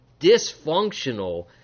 dysfunctional